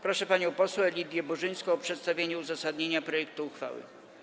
Proszę panią poseł Lidię Burzyńską o przedstawienie uzasadnienia projektu uchwały.